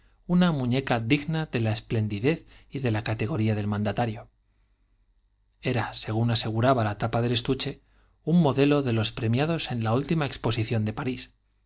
una muñeca digna de la esplendidez y de la categoría del mandatario era según aseguraba la tapa del estuche un modelo de los premiados en la última exposición de parís